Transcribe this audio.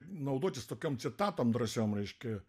naudotis tokiom citatom drąsiom reiškia